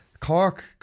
Cork